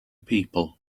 people